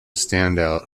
standout